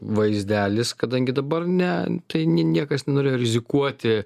vaizdelis kadangi dabar ne tai nie niekas nenorėjo rizikuoti